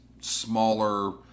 smaller